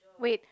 wait